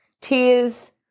tears